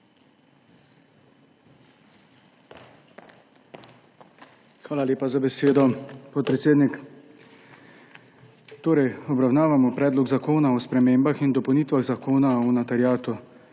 Hvala lepa za besedo, podpredsednik. Obravnavamo Predlog zakona o spremembah in dopolnitvah Zakona o notariatu,